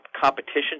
competition